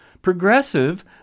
Progressive